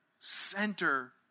center